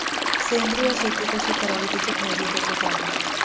सेंद्रिय शेती कशी करावी? तिचे फायदे तोटे काय?